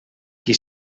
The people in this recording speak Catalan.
qui